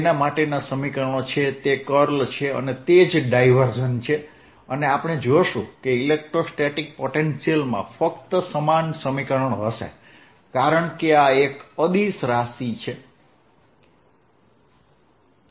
તેના માટેના સમીકરણો છે તે કર્લ છે અને તે જ ડાયવર્જન્સ છે અને આપણે જોશું કે ઇલેક્ટ્રોસ્ટેટિક પોટેન્શિયલમાં ફક્ત સમાન સમીકરણ હશે કારણ કે આ એક અદિશ રાશિ હશે